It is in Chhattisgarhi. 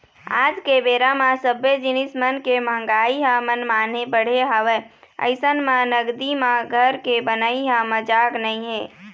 आज के बेरा म सब्बे जिनिस मन के मंहगाई ह मनमाने बढ़े हवय अइसन म नगदी म घर के बनई ह मजाक नइ हे